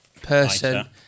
person